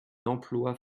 emplois